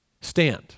Stand